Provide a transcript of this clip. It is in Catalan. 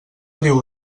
diu